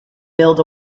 build